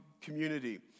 community